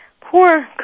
Poor